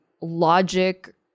logic